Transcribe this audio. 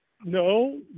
No